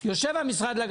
ההסברים ברורים.